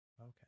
okay